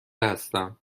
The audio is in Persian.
هستم